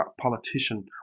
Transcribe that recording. politician